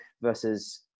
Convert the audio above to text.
versus